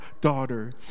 daughter